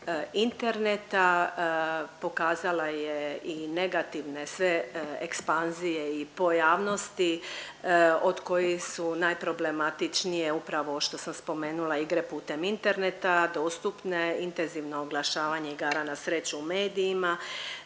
interneta, pokazala je i negativne sve ekspanzije i pojavnosti od kojih su najproblematičnije upravo što sam spomenula igre putem interneta, dostupne intenzivno oglašavanje igara na sreću u medijima,